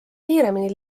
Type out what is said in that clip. kiiremini